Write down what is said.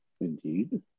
Indeed